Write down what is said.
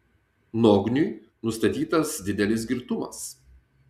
nogniui nustatytas didelis girtumas